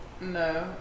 No